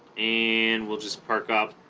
and we'll just park up